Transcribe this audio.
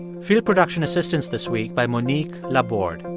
field production assistance this week by monique laborde.